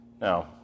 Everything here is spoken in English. now